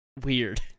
weird